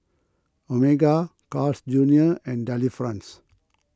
Omega Carl's Junior and Delifrance